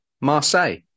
Marseille